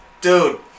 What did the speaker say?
dude